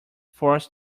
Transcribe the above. forced